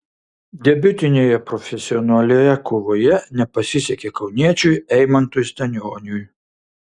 debiutinėje profesionalioje kovoje nepasisekė kauniečiui eimantui stanioniui